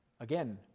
Again